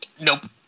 Nope